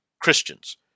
Christians